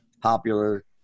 popular